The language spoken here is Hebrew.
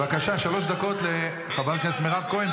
בבקשה, שלוש דקות לחברת הכנסת מירב כהן.